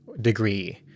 degree